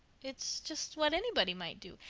it's just what anybody might do.